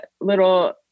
little